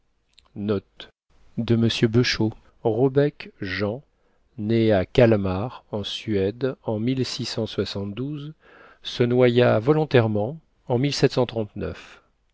né à calmar en suède en se noya volontairement en